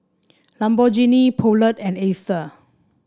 Lamborghini Poulet and Acer